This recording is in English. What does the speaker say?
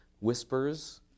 whispers